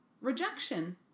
rejection